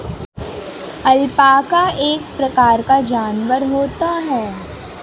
alpaca एक प्रकार का जानवर होता है